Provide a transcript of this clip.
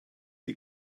die